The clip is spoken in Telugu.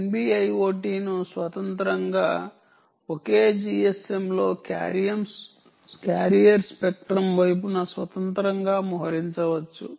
NB IoT ను స్వతంత్రంగా ఒకే GSM లో క్యారియర్ స్పెక్ట్రం వైపున స్వతంత్రంగా మోహరించవచ్చు